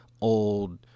old